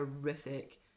horrific